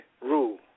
rule